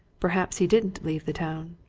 perhaps he didn't leave the town.